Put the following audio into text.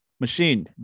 machine